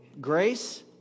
grace